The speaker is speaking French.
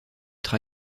être